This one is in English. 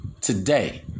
today